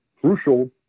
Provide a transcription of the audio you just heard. crucial